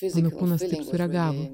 mano kūnas taip sureagavo